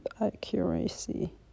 accuracy